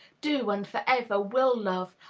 do and for ever will love,